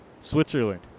Switzerland